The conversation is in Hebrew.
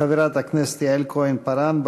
חברת הכנסת יעל כהן-פארן,